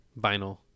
Vinyl